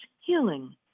healing